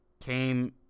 came